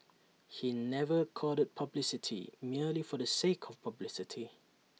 he never courted publicity merely for the sake of publicity